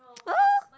oh